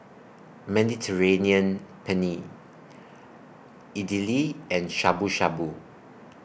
Mediterranean Penne Idili and Shabu Shabu